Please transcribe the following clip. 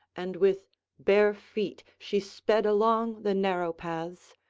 and with bare feet she sped along the narrow paths,